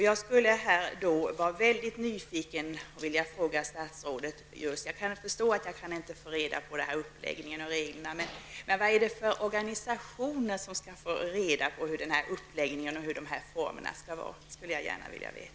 Jag är väldigt nyfiken -- jag förstår att jag inte kan få reda på uppläggningen och reglerna -- på vilka organisationer som skall få reda på uppläggningen och formerna. Det skulle jag gärna vilja veta.